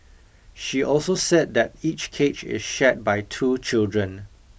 she also said that each cage is shared by two children